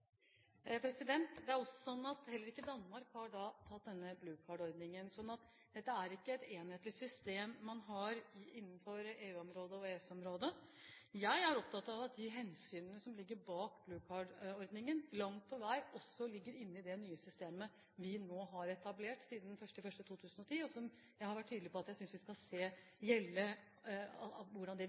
Det er sånn at heller ikke Danmark har innført denne «Blue Card»-ordningen. Så dette er ikke et enhetlig system innenfor EU-området og EØS-området. Jeg er opptatt av at de hensynene som ligger bak «Blue Card»-ordningen, langt på vei også ligger inne i det nye systemet vi nå har etablert siden 1. januar 2010, og som jeg har vært tydelig på at jeg synes vi skal se hvordan virker mer over tid. Da er det